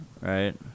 right